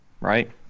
right